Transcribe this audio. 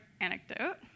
anecdote